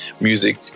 music